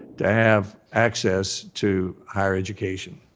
to have access to higher education.